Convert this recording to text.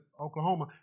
Oklahoma